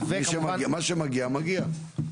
מה שמגיע מגיע.